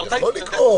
יכול לקרות.